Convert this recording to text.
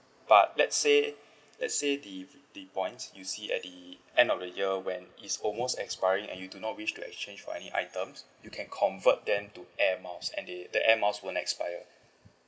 but let's say let's say the the points you see at the end of the year when it's almost expiring and you do not wish to exchange for any items you can convert them to air miles and they the air mouse won't expire